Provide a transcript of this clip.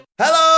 Hello